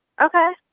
Okay